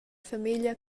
famiglia